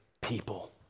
people